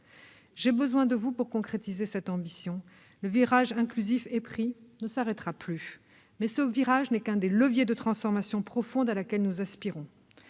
J'ai besoin de vous pour concrétiser cette ambition. Le virage inclusif est pris, le mouvement ne s'arrêtera plus. Toutefois, ce virage n'est qu'un des leviers de la transformation profonde à laquelle nous aspirons.